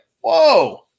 whoa